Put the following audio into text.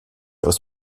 aus